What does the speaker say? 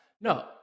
No